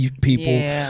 people